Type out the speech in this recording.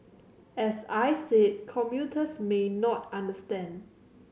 as I said commuters may not understand